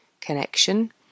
connection